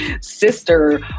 sister